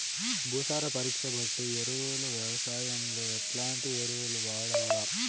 భూసార పరీక్ష బట్టి ఎరువులు వ్యవసాయంలో ఎట్లాంటి ఎరువులు వాడల్ల?